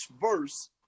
verse